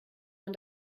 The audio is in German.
man